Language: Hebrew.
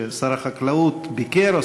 ששר החקלאות ביקר,